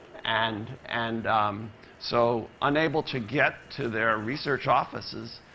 and and so, unable to get to their research offices,